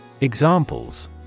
Examples